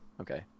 okay